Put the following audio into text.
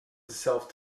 itself